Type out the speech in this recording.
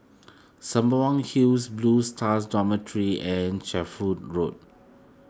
Sembawang Hills Blue Stars Dormitory and Shenvood Road